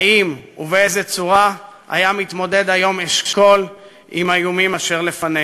האם ובאיזו צורה היה מתמודד היום אשכול עם האיומים אשר לפנינו.